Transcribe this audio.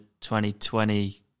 2020